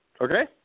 Okay